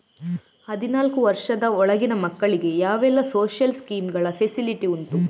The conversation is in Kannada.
ಹದಿನಾಲ್ಕು ವರ್ಷದ ಒಳಗಿನ ಮಕ್ಕಳಿಗೆ ಯಾವೆಲ್ಲ ಸೋಶಿಯಲ್ ಸ್ಕೀಂಗಳ ಫೆಸಿಲಿಟಿ ಉಂಟು?